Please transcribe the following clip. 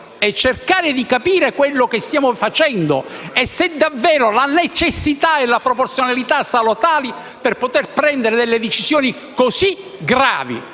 è cercare di capire quello che stiamo facendo e se davvero la necessità e la proporzionalità sono tali da poter assumere decisioni così gravi.